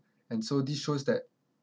and so this shows that